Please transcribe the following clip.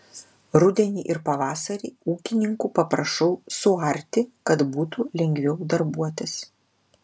rudenį ir pavasarį ūkininkų paprašau suarti kad būtų lengviau darbuotis